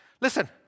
Listen